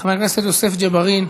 חבר הכנסת יוסף ג'בארין,